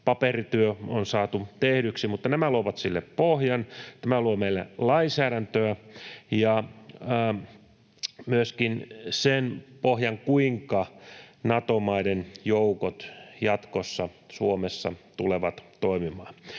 paperityö on saatu tehdyksi, mutta nämä luovat sille pohjan, tämä luo meille lainsäädäntöä ja myöskin sen pohjan, kuinka Nato-maiden joukot jatkossa Suomessa tulevat toimimaan.